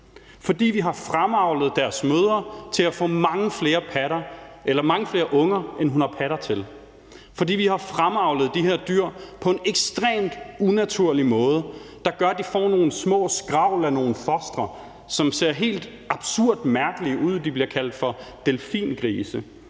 fordi vi har fremavlet deres mødre til at få mange flere unger, end hun har patter til, og fordi vi har fremavlet de her dyr på en ekstremt unaturlig måde, der gør, at de får nogle små skravl af nogle fostre, som ser helt absurd mærkelige ud og bliver kaldt for delfingrise,